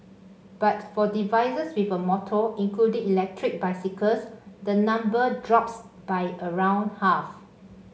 but for devices with a motor including electric bicycles the number drops by around half